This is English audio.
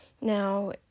Now